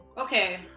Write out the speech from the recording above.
Okay